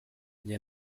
nge